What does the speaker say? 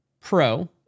pro